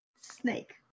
snake